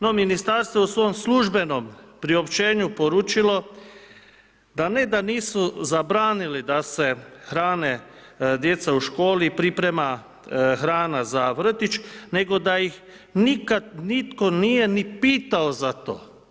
No, Ministarstvo u svom službenom priopćenju poručilo da ne da nisu zabranili da se hrane djeca u školi, priprema hrana za vrtić, nego da ih nikada nitko nije niti pitao za to.